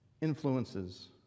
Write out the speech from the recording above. influences